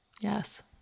Yes